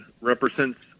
represents